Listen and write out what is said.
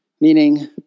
Meaning